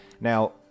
Now